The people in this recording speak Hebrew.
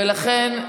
ולכן,